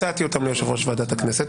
הצעתי אותם ליושב-ראש ועדת הכנסת,